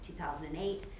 2008